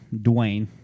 Dwayne